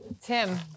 Tim